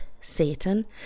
Satan